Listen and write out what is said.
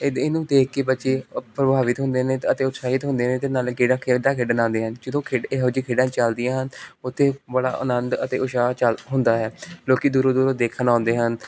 ਇਦ ਇਹਨੂੰ ਦੇਖ ਕੇ ਬੱਚੇ ਪ੍ਰਭਾਵਿਤ ਹੁੰਦੇ ਨੇ ਅਤੇ ਉਤਸ਼ਾਹਿਤ ਹੁੰਦੇ ਨੇ ਅਤੇ ਨਾਲੇ ਕੇੜਾ ਖੇਡਾ ਖੇਡਣ ਆਉਂਦੇ ਹਨ ਜਦੋਂ ਖੇਡੇ ਇਹੋ ਜਿਹੇ ਖੇਡਾਂ ਚੱਲਦੀਆਂ ਹਨ ਉੱਥੇ ਬੜਾ ਆਨੰਦ ਅਤੇ ਉਤਸ਼ਾਹ ਚੱਲ ਹੁੰਦਾ ਹੈ ਲੋਕ ਦੂਰੋਂ ਦੂਰੋਂ ਦੇਖਣ ਆਉਂਦੇ ਹਨ